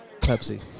Pepsi